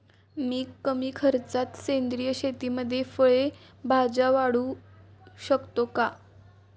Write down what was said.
मी कमी खर्चात सेंद्रिय शेतीमध्ये फळे भाज्या वाढवू शकतो का?